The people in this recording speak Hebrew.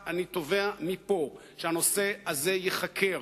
אני תובע מפה שהנושא הזה ייחקר,